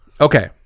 okay